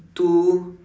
two